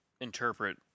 interpret